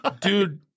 Dude